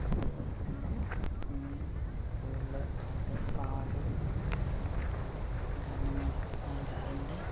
അതുപോലെ തന്നെ സ്കൂളിൽ പാട്ട് പാടും അതുപോലെ ഗാനമേളക്ക് പാടാറുണ്ട്